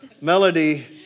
Melody